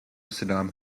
saddam